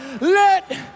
Let